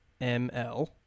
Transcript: ML